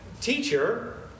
Teacher